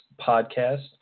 podcast